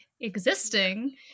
existing